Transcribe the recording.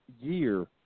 year